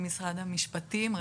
משרד המשפטים,